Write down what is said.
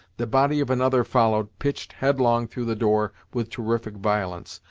the body of another followed, pitched headlong through the door with terrific violence.